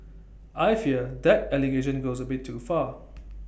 I fear that allegation goes A bit too far